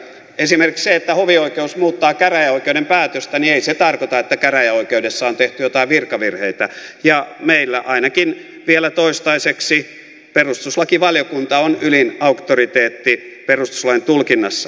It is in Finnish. esimerkiksi se että hovioikeus muuttaa käräjäoikeuden päätöstä ei tarkoita että käräjäoikeudessa on tehty jotain virkavirheitä ja meillä ainakin vielä toistaiseksi perustuslakivaliokunta on ylin auktoriteetti perustuslain tulkinnassa